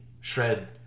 shred